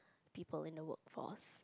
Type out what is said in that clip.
people in the workforce